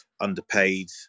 underpaid